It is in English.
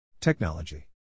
Technology